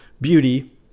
beauty